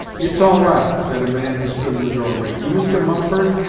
it's all right said a man who stood in the doorway. you mr. mumford?